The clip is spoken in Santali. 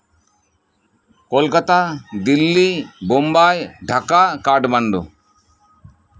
ᱠᱳᱞᱠᱟᱛᱟ ᱫᱤᱞᱞᱤ ᱵᱳᱢᱵᱟᱭ ᱰᱷᱟᱠᱟ ᱠᱟᱴᱷᱢᱟᱱᱰᱩ